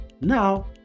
now